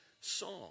song